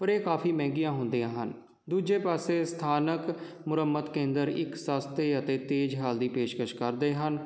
ਪਰ ਇਹ ਕਾਫੀ ਮਹਿੰਗੀਆਂ ਹੁੰਦੀਆਂ ਹਨ ਦੂਜੇ ਪਾਸੇ ਸਥਾਨਕ ਮੁਰੰਮਤ ਕੇਂਦਰ ਇੱਕ ਸਸਤੇ ਅਤੇ ਤੇਜ਼ ਹੱਲ ਦੀ ਪੇਸ਼ਕਸ਼ ਕਰਦੇ ਹਨ